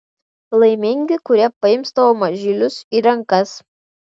laimingi kurie paims tavo mažylius į rankas